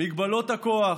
מגבלות הכוח.